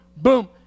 Boom